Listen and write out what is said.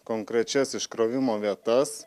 konkrečias iškrovimo vietas